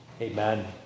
Amen